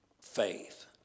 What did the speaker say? faith